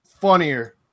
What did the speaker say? funnier